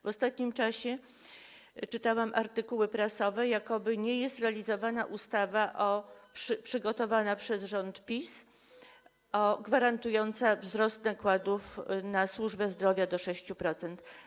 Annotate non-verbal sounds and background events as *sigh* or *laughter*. W ostatnim czasie czytałam artykuły prasowe o tym, że jakoby nie jest realizowana ustawa *noise* przygotowana przez rząd PiS, gwarantująca wzrost nakładów na służbę zdrowia do 6%.